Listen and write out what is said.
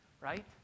right